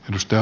ryöstö